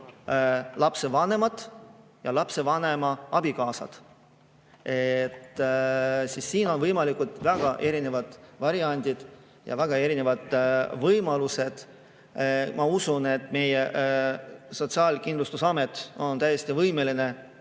lapse vanemat ja lapse vanema abikaasat. Siin on võimalikud väga erinevad variandid ja väga erinevad võimalused. Ma usun, et meie Sotsiaalkindlustusamet on täiesti võimeline